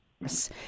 Yes